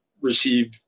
receive